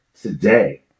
today